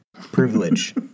privilege